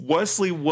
Wesley